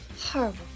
horrible